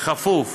כפוף